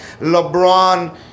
LeBron